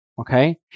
Okay